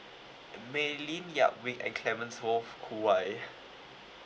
may lin yap ming and clement foo kin wai